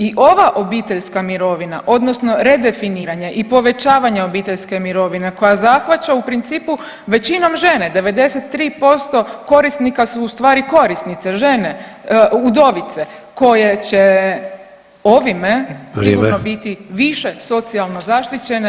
I ova obiteljska mirovina odnosno redefiniranja i povećavanja obiteljske mirovine koja zahvaća u principu većinom žene 93% korisnika su ustvari korisnice žene, udovice koje će [[Upadica Sanader: Vrijeme.]] ovime sigurno biti više socijalno zaštićene.